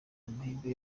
amahirwe